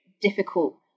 difficult